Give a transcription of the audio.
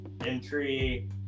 Entry